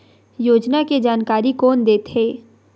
योजना के जानकारी कोन दे थे?